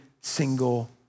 single